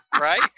Right